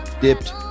Dipped